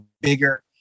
bigger